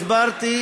הסברתי